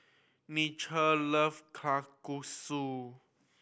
Nichelle love Kalguksu